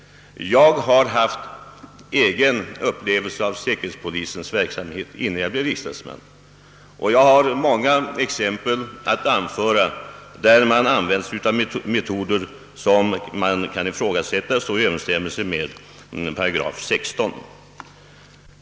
Jag har själv upplevt säkerhetspolisens verksamhet innan jag blev riksdagsman, och jag kan anföra många exempel på att den använder metoder beträffande vilka det kan ifrågasättas om de står i överensstämmhelse med § 16.